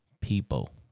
People